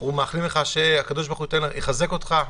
אנחנו מאחלים לך שהקדוש ברוך הוא יחזק אותך,